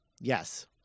Yes